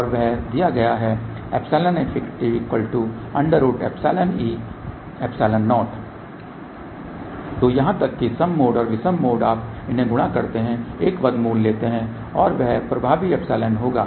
और वह दिया गया है तो यहां तक कि सम मोड और विषम मोड आप उन्हें गुणा करते हैं एक वर्गमूल लेते हैं और यह प्रभावी एप्सिलॉन होगा